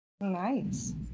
Nice